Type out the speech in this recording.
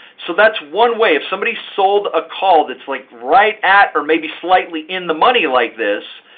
so that's one way. if somebody sold a call that's like right at or maybe slightly in the money like this,